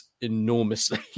enormously